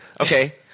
Okay